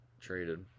traded